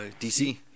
DC